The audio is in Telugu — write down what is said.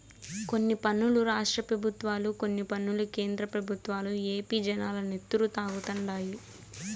కొన్ని పన్నులు రాష్ట్ర పెబుత్వాలు, కొన్ని పన్నులు కేంద్ర పెబుత్వాలు ఏపీ జనాల నెత్తురు తాగుతండాయి